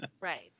right